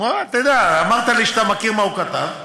אתה יודע, אמרת לי שאתה מכיר מה הוא כתב.